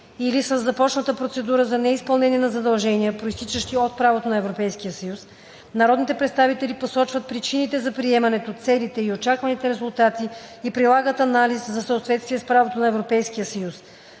или със започната процедура за неизпълнение на задължения, произтичащи от правото на Европейския съюз, народните представители посочват причините за приемането, целите и очакваните резултати и прилагат анализ за съответствие с правото на